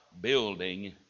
building